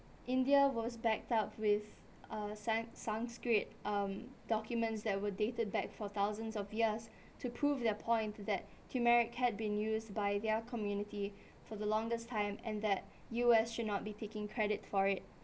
india was backed up with um scien~ sanskrit um documents that were dated back for thousands of years to prove their point that turmeric had been used by their community for the longest time and that U_S should not be taking credit for it